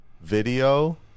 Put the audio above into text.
video